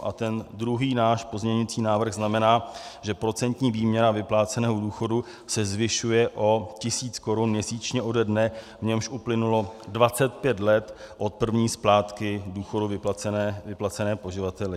A ten druhý náš pozměňující návrh znamená, že procentní výměra vypláceného důchodu se zvyšuje o tisíc korun měsíčně ode dne, v němž uplynulo 25 let od první splátky důchodu vyplacené poživateli.